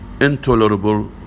Intolerable